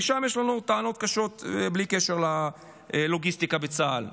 כי שם יש לנו טענות קשות בלי קשר ללוגיסטיקה בצה"ל.